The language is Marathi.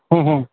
हं हं